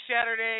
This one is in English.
Saturday